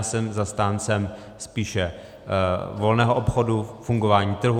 Jsem zastáncem spíše volného obchodu, fungování trhu.